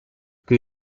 cui